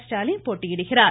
ஸ்டாலின் போட்டியிடுகிறார்